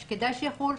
אז כדאי שיחול.